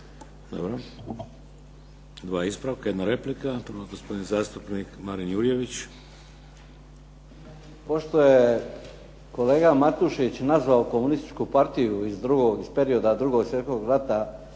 Dobro. Dva ispravka. Jedna replika. Prvo gospodin zastupnik Marin Jurjević. **Jurjević, Marin (SDP)** Pošto je kolega Matušić nazvao Komunističku partiju iz perioda 2. svjetskog rata